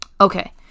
Okay